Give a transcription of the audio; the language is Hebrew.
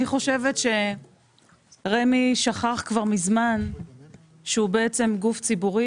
אני חושבת שרמ"י שכח כבר מזמן שהוא בעצם גוף ציבורי